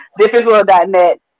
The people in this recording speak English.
Differenceworld.net